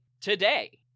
today